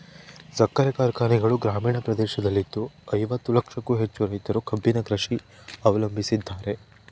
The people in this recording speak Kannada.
ಸಕ್ಕರೆ ಕಾರ್ಖಾನೆಗಳು ಗ್ರಾಮೀಣ ಪ್ರದೇಶದಲ್ಲಿದ್ದು ಐವತ್ತು ಲಕ್ಷಕ್ಕೂ ಹೆಚ್ಚು ರೈತರು ಕಬ್ಬಿನ ಕೃಷಿ ಅವಲಂಬಿಸಿದ್ದಾರೆ